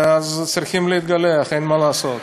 אז צריכים להתגלח, אין מה לעשות.